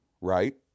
right